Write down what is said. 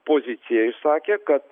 poziciją išsakė kad